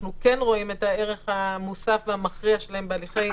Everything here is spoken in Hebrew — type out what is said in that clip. שאנחנו כן רואים את הערך המוסף והמכריע שלהם בהליכי